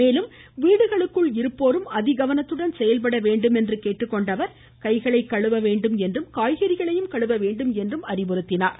மேலும் வீடுகளுக்குள் இருப்போரும் அதிகவனத்துடன் செயல்பட வேண்டும் என்று கேட்டுக்கொண்ட அவர் கைகளை கழுவ வேண்டும் காய்கறிகளையும் கழுவ வேண்டும் என்றும் கூறினார்